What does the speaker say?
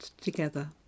together